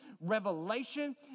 revelation